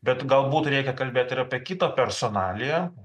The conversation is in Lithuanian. bet galbūt reikia kalbėt ir apie kitą personaliją